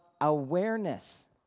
awareness